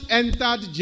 entered